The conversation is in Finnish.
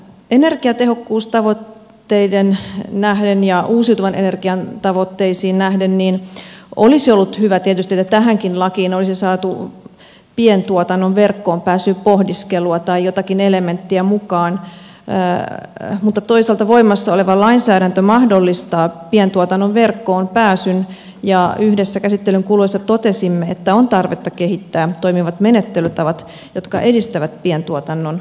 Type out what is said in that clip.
energiatehokkuustavoitteisiin nähden ja uusiutuvan energian tavoitteisiin nähden olisi ollut tietysti hyvä että tähänkin lakiin olisi saatu pientuotannon verkkoonpääsyn pohdiskelua tai jotakin elementtiä mukaan mutta toisaalta voimassa oleva lainsäädäntö mahdollistaa pientuotannon verkkoonpääsyn ja yhdessä käsittelyn kuluessa totesimme että on tarvetta kehittää toimivat menettelytavat jotka edistävät pientuotannon verkkoonpääsyä